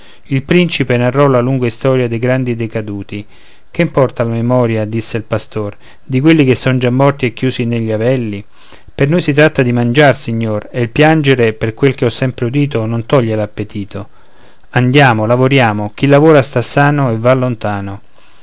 il principe narrò la lunga istoria dei grandi decaduti che importa la memoria disse il pastor di quelli che son già morti e chiusi negli avelli per noi si tratta di mangiar signore e il piangere per quel che ho sempre udito non toglie l'appetito andiamo lavoriamo chi lavora sta sano e va lontano